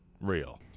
real